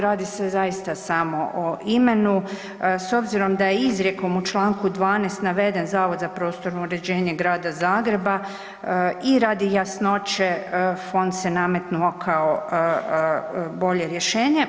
Radi se zaista samo o imenom, s obzirom da je izrijekom u čl. 12. naveden Zavod za prostorno uređenje Grada Zagreba i radi jasnoće fond se nametnuo kao bolje rješenje.